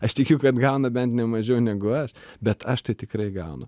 aš tikiu kad gauna bent ne mažiau negu aš bet aš tai tikrai gaunu